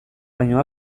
baino